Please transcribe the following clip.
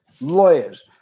lawyers